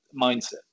mindset